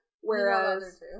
Whereas